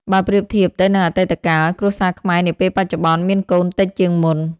បើប្រៀបធៀបទៅនឹងអតីតកាល គ្រួសារខ្មែរនាពេលបច្ចុប្បន្នមានកូនតិចជាងមុន។